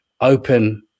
open